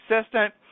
assistant